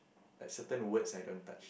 like certain words I don't touch